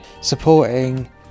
supporting